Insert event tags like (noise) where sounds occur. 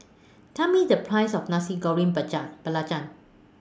Tell Me The Price of Nasi Goreng (unintelligible)